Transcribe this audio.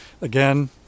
Again